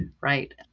right